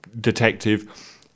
detective